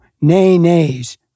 nay-nays